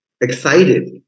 excited